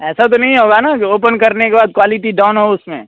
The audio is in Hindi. ऐसा तो नहीं होगा ना कि ओपन करने के बाद क्वालिटी डाउन हो उस में